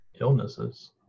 illnesses